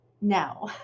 now